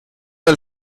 del